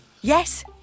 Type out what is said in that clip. Yes